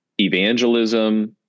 evangelism